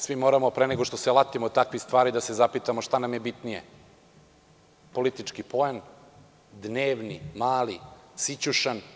Svi moramo pre nego što se latimo takvih stvari da se zapitamo šta nam je bitnije – politički poen, dnevni, mali, sićušan ili država?